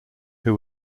who